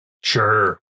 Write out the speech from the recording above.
Sure